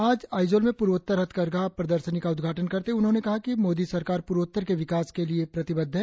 आज आईजोल में पूर्वोत्तर हथकरघा प्रदर्शनी का उद्घाटन करते हुए उन्होंने कहा कि मोदी सरकार पूर्वोत्तर के विकास के लिए प्रतिबद्ध है